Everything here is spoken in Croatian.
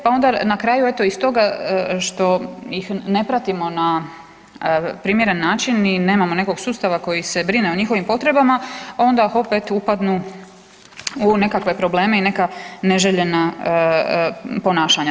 Pa onda na kraju eto iz toga što ih ne pratimo na primjeren način i nemamo nekog sustava koji se brine o njihovim potrebama onda opet upadnu u nekakve probleme i neka neželjena ponašanja.